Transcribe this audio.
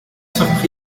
surpris